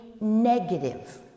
negative